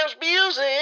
music